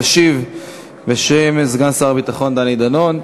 תשיב בשם סגן שר הביטחון דני דנון.